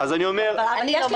אני לא מכירה.